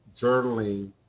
journaling